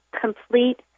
complete